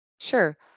Sure